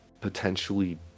potentially